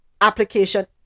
application